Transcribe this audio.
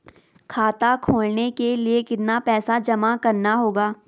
खाता खोलने के लिये कितना पैसा जमा करना होगा?